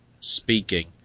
speaking